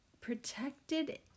protected